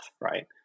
right